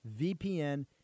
VPN